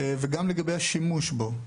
וגם לגבי השימוש בו.